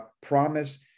promise